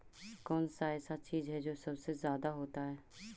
कौन सा ऐसा चीज है जो सबसे ज्यादा होता है?